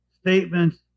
statements